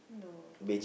no